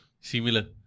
Similar